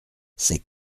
c’est